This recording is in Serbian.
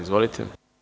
Izvolite.